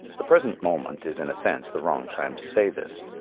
the present moment is in a sense the wrong time to say this.